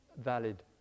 valid